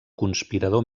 conspirador